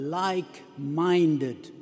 like-minded